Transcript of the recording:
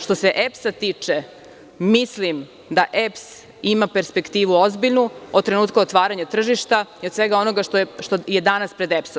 Što se EPS-a tiče, mislim, da EPS ima ozbiljnu perspektivu od trenutka otvaranja tržišta i od svega onoga što je danas pred EPS.